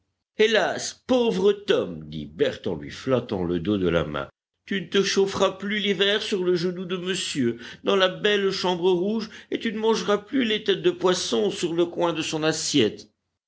hélas pauvre tom dit berthe en lui flattant le dos de la main tu ne te chaufferas plus l'hiver sur le genou de monsieur dans la belle chambre rouge et tu ne mangeras plus les têtes de poisson sur le coin de son assiette